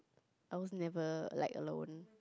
I was never like alone